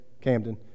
Camden